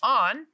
on